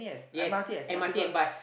yes m_r_t and bus